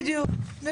בדיוק.